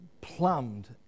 plumbed